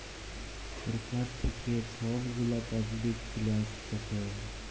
ছরকার থ্যাইকে ছব গুলা পাবলিক ফিল্যাল্স দ্যাখে